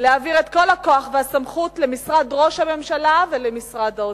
להעביר את כל הכוח והסמכות למשרד ראש הממשלה ולמשרד האוצר.